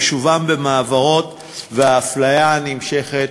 יישובם במעברות והאפליה הנמשכת,